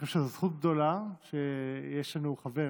אני חושב שזו זכות גדולה שיש לנו חבר